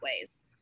ways